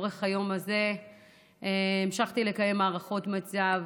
כשרת העלייה והקליטה המשכתי לאורך היום הזה לקיים הערכות מצב,